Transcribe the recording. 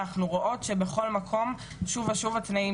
אנחנו פשוט רואות שבכל מקום שוב ושוב התנאים